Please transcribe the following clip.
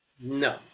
No